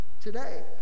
today